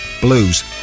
blues